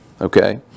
Okay